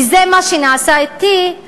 וזה מה שנעשה אתי,